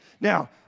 Now